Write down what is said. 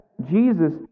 Jesus